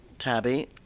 Tabby